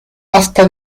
hasta